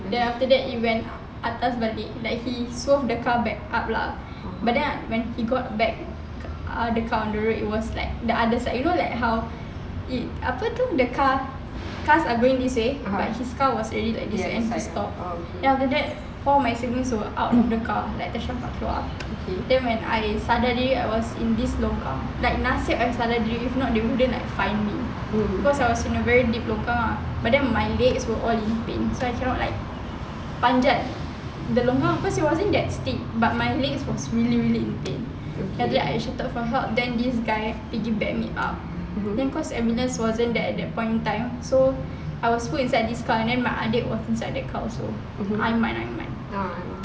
then after that he went atas balik like he swerve the car back up lah but then when he got back the car on the road was like the other side you know like how it apa tu the car cars are going this way his car was already like this side and he stop then after that four of my siblings were out of the car like tercampak keluar then when I suddenly I was in this longkang like nasib I sedar diri if not they wouldn't like find me cause I was in a very deep longkang but then my legs were all in pain so I cannot like panjat the longkang ah cause I wasn't that steep but my legs was really really in pain then I shouted for help then this guy piggyback me up cause ambulance wasn't there at that point in time so I was put inside this car then my adik was also inside that car also aiman aiman